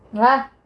!huh!